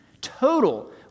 Total